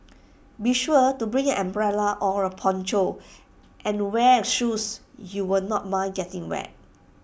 be sure to bring an umbrella or A poncho and wear shoes you will not mind getting wet